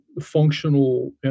functional